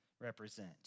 represent